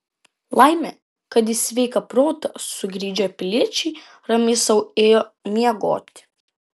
laimė kad į sveiką protą sugrįžę piliečiai ramiai sau ėjo miegoti